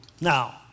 Now